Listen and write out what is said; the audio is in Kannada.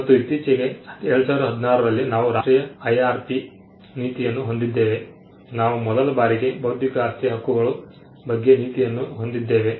ಮತ್ತು ಇತ್ತೀಚೆಗೆ 2016 ರಲ್ಲಿ ನಾವು ರಾಷ್ಟ್ರೀಯ ಐಆರ್ಪಿ ನೀತಿಯನ್ನು ಹೊಂದಿದ್ದೇವೆ ನಾವು ಮೊದಲ ಬಾರಿಗೆ ಬೌದ್ಧಿಕ ಆಸ್ತಿಯ ಹಕ್ಕುಗಳ ಬಗ್ಗೆ ನೀತಿಯನ್ನು ಹೊಂದಿದ್ದೇವೆ